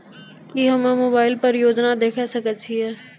की हम्मे मोबाइल पर योजना देखय सकय छियै?